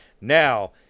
Now